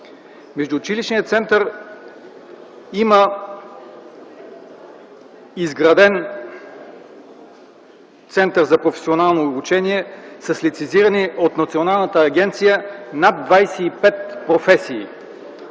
Междуучилищният център има изграден Център за професионално обучение с лицензирани от Националната агенция над 25 професии.